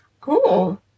Cool